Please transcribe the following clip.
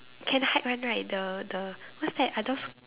can hide one right the the what's that are those